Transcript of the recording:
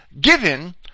given